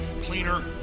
cleaner